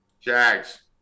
Jags